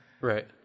Right